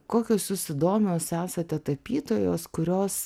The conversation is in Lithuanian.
kokios jūs įdomios esate tapytojos kurios